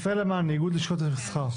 ישראלה מנו, איגוד לשכות המסחר.